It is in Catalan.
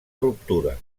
ruptura